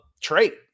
trait